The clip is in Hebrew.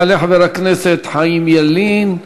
יעלה חבר הכנסת חיים ילין.